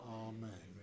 amen